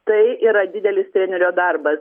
tai yra didelis trenerio darbas